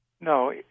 No